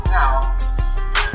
now